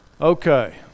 Okay